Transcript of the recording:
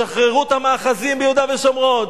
שחררו את המאחזים ביהודה ושומרון,